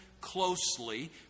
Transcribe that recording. closely